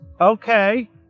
Okay